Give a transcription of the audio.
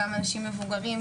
גם אנשים מבוגרים,